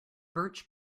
birch